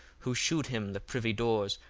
who shewed him the privy doors,